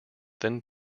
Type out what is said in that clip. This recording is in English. then